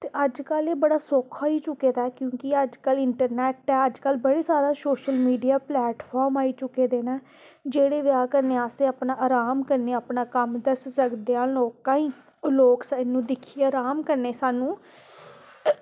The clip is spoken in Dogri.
ते अजकल्ल सौखा होई चुक्के दा क्योंकि अजकल्ल इंटरनेट ऐ अजकल्ल बड़े जादै सोशल मीडिया प्लेटफॉर्म आई चुके दे न जेह्दे कन्नै आराम कन्नै अस अपना कम्म दस्सी सकदे आं लोकां गी ते लोग सानूं रहाम कन्नै सानूं